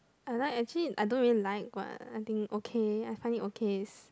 I like actually I don't really like but I think okay I find it okay is